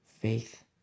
faith